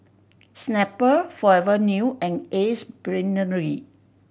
Snapple Forever New and Ace Brainery